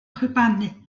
chwibanu